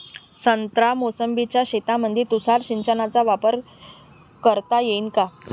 संत्रा मोसंबीच्या शेतामंदी तुषार सिंचनचा वापर करता येईन का?